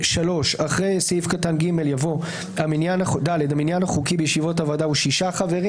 אחרי סעיף קטן (ג) יבוא: המניין החוקי בישיבות הוועדה הוא שישה חברים.